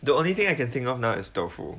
the only thing I can think of now is tofu